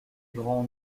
grands